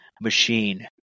machine